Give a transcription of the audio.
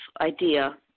idea